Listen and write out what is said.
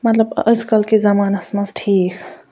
مطلب آز کَل کِس زمانَس منٛز ٹھیٖک